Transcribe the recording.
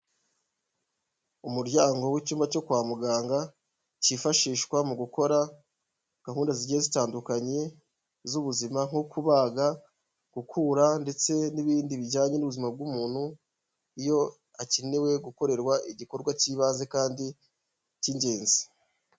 Umuryango w'icyumba cyo kwa muganga, kifashishwa mu gukora gahunda zigiye zitandukanye z'ubuzima nko kubaga gukura ndetse n'ibindi bijyanye n'ubuzima bw'umuntu, iyo akenewe gukorerwa igikorwa k'ibanze kandi k'ingenzi.